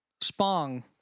spong